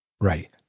Right